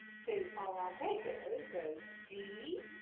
so our arpeggio goes d,